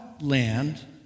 land